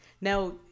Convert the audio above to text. now